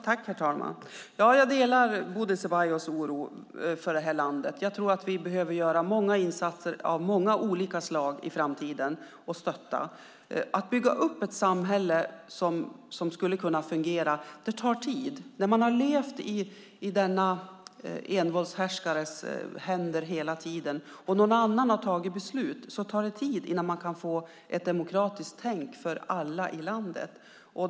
Herr talman! Jag delar Bodil Ceballos oro för det här landet. Jag tror att vi behöver göra många insatser av många olika slag i framtiden och vi behöver stötta. Att bygga upp ett samhälle som skulle kunna fungera tar tid. När man har levt i denna envåldshärskares händer hela tiden och någon annan har tagit besluten tar det tid att få ett demokratiskt tänk för alla i landet.